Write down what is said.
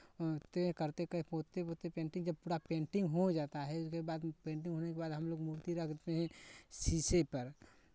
पोतते हैं करते क पोतते पोतते पेंटिंग जब पूरा पेंटिंग हो जाता है उसके बाद पेंटिंग होने के बाद हमलोग मूर्ती रख देते हैं शीशे पर